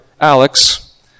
Alex